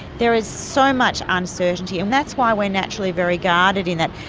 there is so much uncertainty and that's why we're naturally very guarded in that,